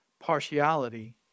partiality